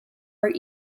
are